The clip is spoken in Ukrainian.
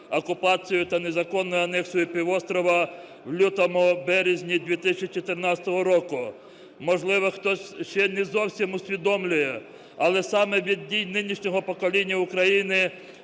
окупацією та незаконною анексією півострова в лютому-березні 2014 року. Можливо, хтось ще не зовсім усвідомлює, але саме від дій нинішнього покоління України